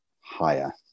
higher